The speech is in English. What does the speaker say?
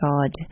God